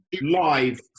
live